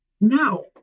now